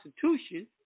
Constitution